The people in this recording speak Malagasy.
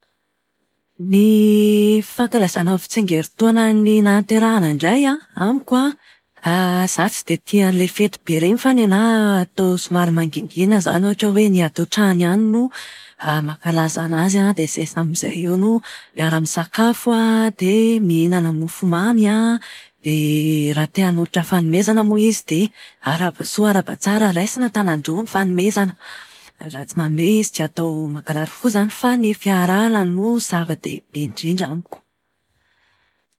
Ny fankalazana ny fitsingerin-taonan'ny nahaterahana indray an, amiko an, Izaho tsy dia tia an'ilay fety be ireny fa ny anahy atao somary mangingina izany. Ohatra hoe ny ato an-trano ihany no mankalaza anazy an, dia izahay samy izahay eo no miara-misakafo an, dia mihinana mofomamy an. Dia raha te-hanolotra fanomezana moa izy dia arahaba soa arahaba tsara, raisina an-tanan-droa ny fanomezana. Raha tsy manome izy tsy atao mankarary fo izany fa ny fiarahana no zava-dehibe indrindra amiko.